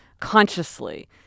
consciously